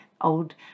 old